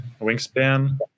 Wingspan